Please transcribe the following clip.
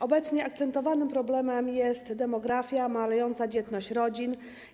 Obecnie akcentowanym problemem jest demografia, malejąca dzietność rodzin.